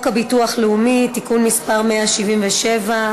הצעת חוק הביטוח הלאומי (תיקון מס' 177),